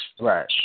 Right